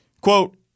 Quote